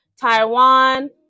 Taiwan